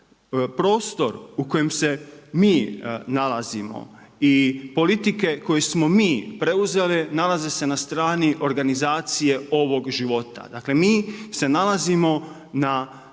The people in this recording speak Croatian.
Prostor u kojem se mi nalazimo i politike koje smo mi preuzeli nalazi se na strani organizacije ovog života. Dakle, mi se nalazimo na